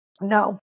No